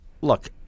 Look